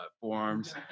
forearms